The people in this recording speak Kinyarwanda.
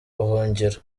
buhungiro